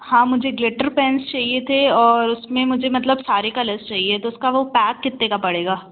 हाँ मुझे glitter pens चाहिए थे और उसमें मुझे मतलब सारे कलर्स चाहिए तो उसका वह पैक कितने का पड़ेगा